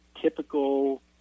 typical